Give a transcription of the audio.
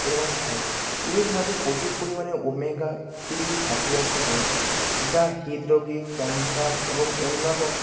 এরকম খাই ইলিশ মাছে প্রচুর পরিমাণে ওমেগা থ্রি ফ্যাটি অ্যাসিড রয়েছে যা হৃদরোগে ক্যান্সার এবং অন্যান্য